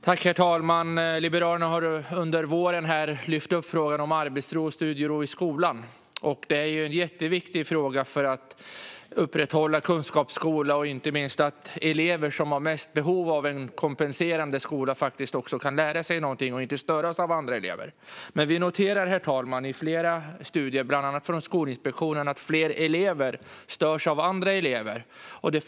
Herr talman! Liberalerna har under våren lyft upp frågan om arbetsro och studiero i skolan. Detta är en jätteviktig fråga för att upprätthålla kunskapsskolan och inte minst för att de elever som har störst behov av en kompenserande skola också ska kunna lära sig någonting och inte störas av andra elever. Herr talman! Vi har noterat i flera studier, bland annat från Skolinspektionen, att fler elever störs av andra elever.